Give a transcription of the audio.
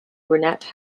brunette